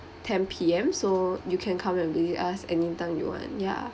ten P_M so you can come and visit us anytime you want ya